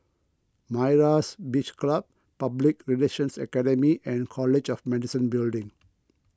Myra's Beach Club Public Relations Academy and College of Medicine Building